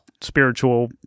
spiritual